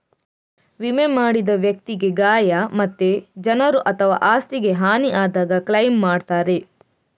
ವಿಮೆ ಮಾಡಿದ ವ್ಯಕ್ತಿಗೆ ಗಾಯ ಮತ್ತೆ ಜನರು ಅಥವಾ ಆಸ್ತಿಗೆ ಹಾನಿ ಆದಾಗ ಕ್ಲೈಮ್ ಮಾಡ್ತಾರೆ